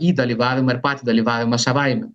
į dalyvavimą ir patį dalyvavimą savaime